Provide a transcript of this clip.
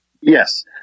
Yes